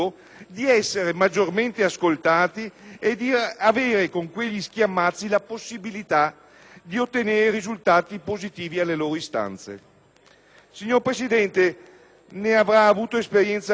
di ottenere risultati positivi alle loro istanze. Signor Presidente, ne avrà avuto esperienza anche lei, penso. Gli uffici dei senatori che si affacciano su corso del Rinascimento